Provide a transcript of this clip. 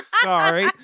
sorry